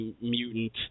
mutant